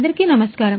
అందరికీ నమస్కారం